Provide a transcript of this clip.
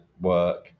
work